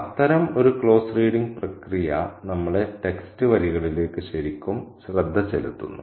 അത്തരം ഒരു close reading പ്രക്രിയ നമ്മളെ ടെക്സ്റ്റ് വരികളിലേക്ക് ശരിക്കും ശ്രദ്ധ ചെലുത്തുന്നു